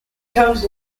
comes